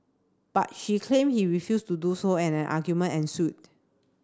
but she claimed he refused to do so and an argument ensued